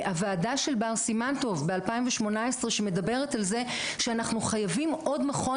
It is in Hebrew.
הוועדה של בר סימן טוב ב-2018 שמדברת על זה שאנחנו חייבים עוד מכון